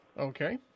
okay